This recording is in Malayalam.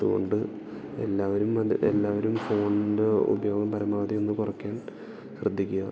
അതുകൊണ്ട് എല്ലാവരും അത് എല്ലാവരും ഫോണിൻ്റെ ഉപയോഗം പരമാവധിയൊന്ന് കുറക്കാൻ ശ്രദ്ധിക്കുക